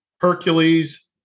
Hercules